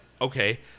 okay